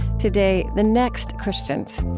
today, the next christians.